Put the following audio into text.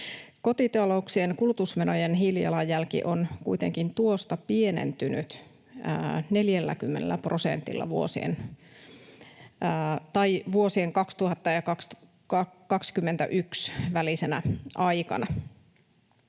Kotitalouksien kulutusmenojen hiilijalanjälki on kuitenkin tuosta pienentynyt 40 prosentilla vuosien 2000 ja 2021 välisenä aikana.